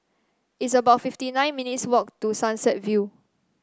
It's about fifty nine minutes' walk to Sunset View